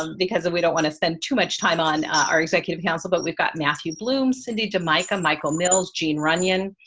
um because we don't want to spend too much time on our executive council, but we've got matthew bloom, cindy domaika, michael mills, jean runyon,